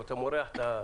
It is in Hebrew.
אבל אתה מורח את הסיפור.